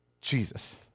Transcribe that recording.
Jesus